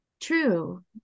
true